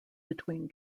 between